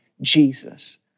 Jesus